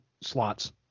slots